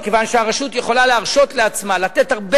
מכיוון שהרשות יכולה להרשות לעצמה הרבה